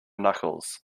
knuckles